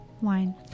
Wine